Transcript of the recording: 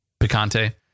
picante